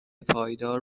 پایدار